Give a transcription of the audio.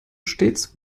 stets